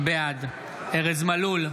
בעד ארז מלול,